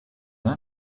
then